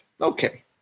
Okay